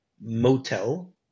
motel